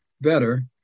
better